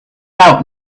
out